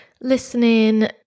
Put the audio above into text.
listening